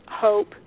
hope